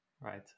Right